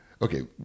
Okay